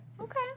okay